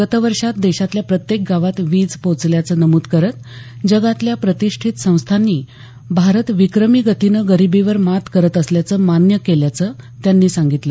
गत वर्षात देशातल्या प्रत्येक गावात वीज पोचल्याचं नमूद करत जगातल्या प्रतिष्ठित संस्थांनी भारत विक्रमी गतीनं गरिबीवर मात करत असल्याचं मान्य केल्याचं त्यांनी सांगितलं